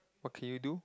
what can you do